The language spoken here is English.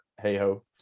hey-ho